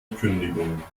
kündigung